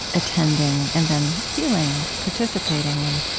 attending, and then healing, participating and